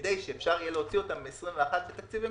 כדי שאפשר יהיה להוציא אותם ב-2021 בתקציב המשכי,